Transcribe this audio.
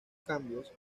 cambios